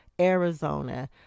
Arizona